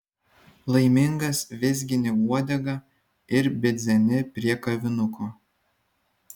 laimingas vizgini uodegą ir bidzeni prie kavinuko